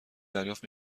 دریافت